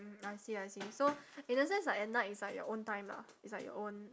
mm I see I see so in a sense like at night it's like your own time lah it's like your own